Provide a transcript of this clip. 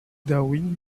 darwin